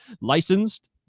licensed